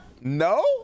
no